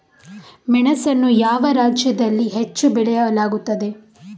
ಮೆಣಸನ್ನು ಯಾವ ರಾಜ್ಯದಲ್ಲಿ ಹೆಚ್ಚು ಬೆಳೆಯಲಾಗುತ್ತದೆ?